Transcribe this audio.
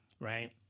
right